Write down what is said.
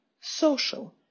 social